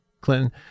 Clinton